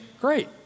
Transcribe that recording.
great